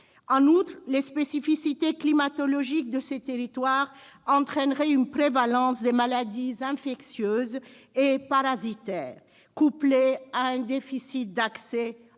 En outre, les spécificités climatologiques de ces territoires entraîneraient une prévalence des maladies infectieuses et parasitaires, couplées à un déficit d'accès